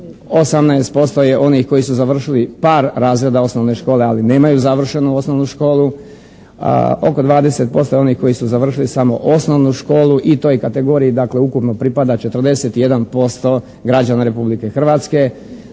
18% je onih koji su završili par razreda osnovne škole ali nemaju završenu osnovnu školu. Oko 20% je onih koji su završili samo osnovnu školu i toj kategoriji dakle ukupno pripada 41% građana Republike Hrvatske.